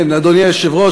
אדוני היושב-ראש,